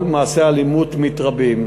מעשי האלימות מתרבים.